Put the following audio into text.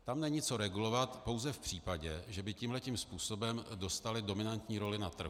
Tam není co regulovat pouze v případě, že by tímhle tím způsobem dostali dominantní roli na trhu.